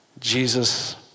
Jesus